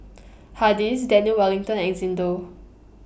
Hardy's Daniel Wellington and Xndo